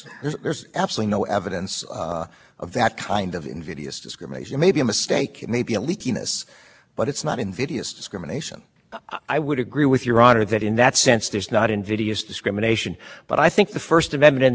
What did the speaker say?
discrimination but i think the first amendment and equal protection clause require more that if it's discriminatory in fact or if it's vastly under and over inclusive in fact that that's enough that in the area we're dealing with first amendment